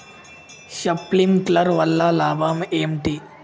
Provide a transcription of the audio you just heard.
Sprinkler వల్ల లాభం ఏంటి?